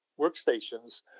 workstations